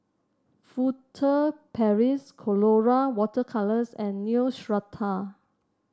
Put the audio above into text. Furtere Paris Colora Water Colours and Neostrata